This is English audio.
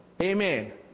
Amen